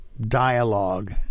dialogue